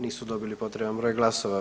Nisu dobili potreban broj glasova.